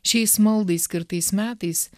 šiais maldai skirtais metais